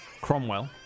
Cromwell